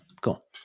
cool